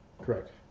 Correct